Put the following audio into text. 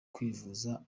kwivuna